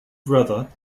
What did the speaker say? brother